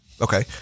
Okay